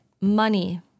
money